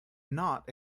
not